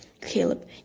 Caleb